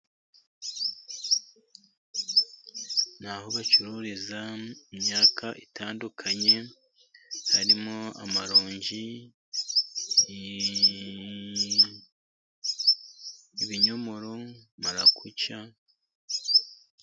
Ni aho bacururiza imyaka itandukanye, harimo amaronji ibinyomoro ,marakuja.